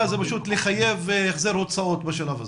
זה פשוט לחייב החזר הוצאות בשלב הזה.